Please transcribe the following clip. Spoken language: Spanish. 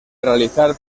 realizar